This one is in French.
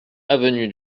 avenue